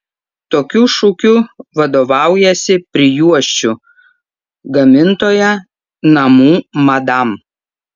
tokiu šūkiu vadovaujasi prijuosčių gamintoja namų madam